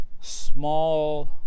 small